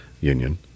Union